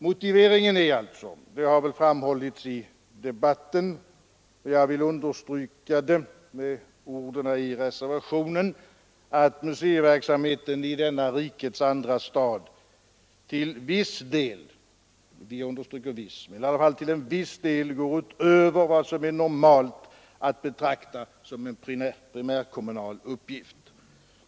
Motiveringen är — det har väl redan framhållits i debatten men jag vill understryka det med orden i reservationen — att museiverksamheten i denna rikets andra stad till viss del ”går utöver vad som normalt är att betrakta som en primärkommunal uppgift”.